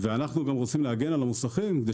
ואנחנו גם רוצים להגן על המוסכים כדי